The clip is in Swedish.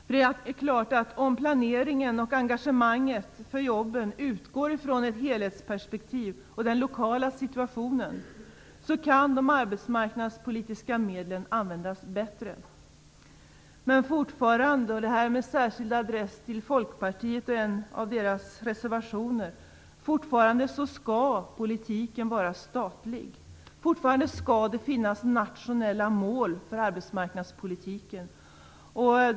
Det är klart att om planeringen och engagemanget för jobben utgår ifrån ett helhetsperspektiv och den lokala situationen kan de arbetsmarknadspolitiska medlen användas bättre. Men fortfarande - och detta med särskild adress till Folkpartiet och en av deras reservationer - skall politiken vara statlig. Det skall fortfarande finnas nationella mål för arbetsmarknadspolitiken.